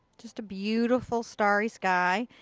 just a beautiful starry sky.